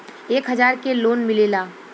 एक हजार के लोन मिलेला?